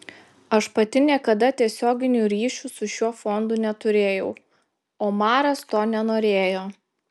aš pati niekada tiesioginių ryšių su šiuo fondu neturėjau omaras to nenorėjo